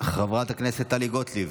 חברת הכנסת טלי גוטליב,